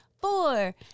four